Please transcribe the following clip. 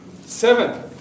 Seven